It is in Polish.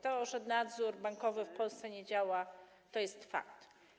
To, że nadzór bankowy w Polsce nie działa, to jest fakt.